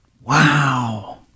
Wow